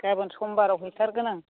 गाबोन सम्बाराव हैथारगोन आं